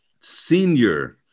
Senior